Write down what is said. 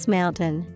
Mountain